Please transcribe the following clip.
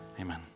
Amen